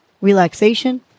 relaxation